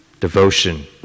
Devotion